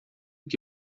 que